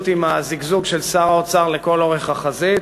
עם הזיגזוג של שר האוצר לכל אורך החזית.